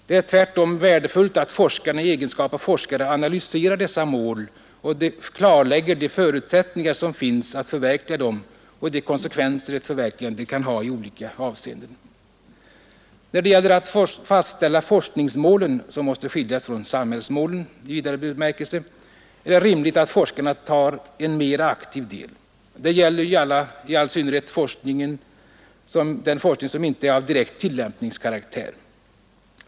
Det är tvärtom värdefullt att forskarna i egenskap av forskare analyserar dessa mål och klarlägger de förutsättningar som finns att förverkliga dem och de konsekvenser ett förverkligande kan ha i olika avseenden. När det gäller att fastställa forskningsmålen, som mäste skiljas från samhällsmålen i vidare bemärkelse, är det rimligt att forskarna tar en mera aktiv del. Detta gäller i all synnerhet forskning som inte är av direkt tillämpningskaraktär.